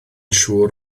siŵr